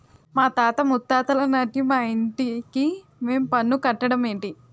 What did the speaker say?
మాతాత ముత్తాతలనాటి మా ఇంటికి మేం పన్ను కట్టడ మేటి